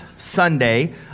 Sunday